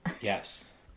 Yes